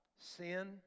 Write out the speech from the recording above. sin